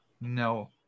no